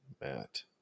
Matt